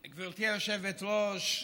גברתי היושבת-ראש,